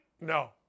no